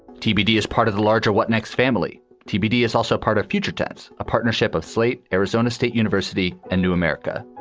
tbd as part of the larger what next family tbd is also part of future tense, a partnership of slate, arizona state university and new america.